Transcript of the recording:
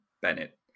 Bennett